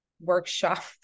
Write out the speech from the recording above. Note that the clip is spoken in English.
workshop